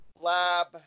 lab